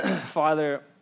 Father